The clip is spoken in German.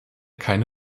keine